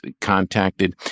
contacted